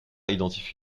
identifie